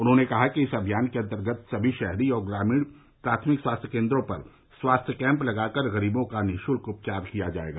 उन्होंने कहा कि इस अमियान के अंतर्गत सभी शहरी और ग्रामीण प्राथमिक स्वास्थ्य केन्द्रों पर स्वास्थ्य कैंप लगाकर गरीबों का निःशुल्क उपचार किया जायेगा